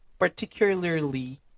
Particularly